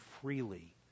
freely